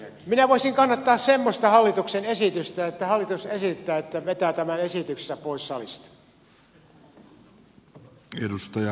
minä voisin kannattaa semmoista hallituksen esitystä että hallitus esittää että vetää tämän esityksensä pois salista